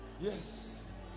yes